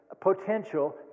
potential